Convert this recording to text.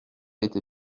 été